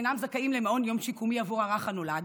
אינם זכאים למעון יום שיקומי עבור הרך הנולד,